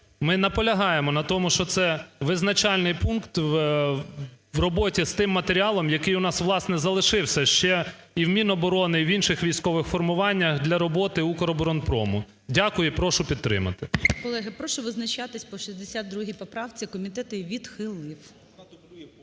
Ми наполягаємо на тому, що це визначальний пункт у роботі з тим матеріалом, який у нас, власне, залишився ще і в Мінобороні, і в інших військових формуваннях для роботи "Укроборонпрому". Дякую. І прошу підтримати.